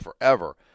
forever